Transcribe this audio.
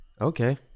Okay